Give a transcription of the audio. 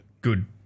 Good